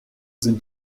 sind